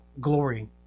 glory